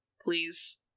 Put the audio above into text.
please